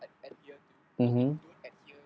mmhmm